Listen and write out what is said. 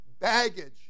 baggage